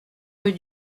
rue